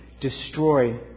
destroy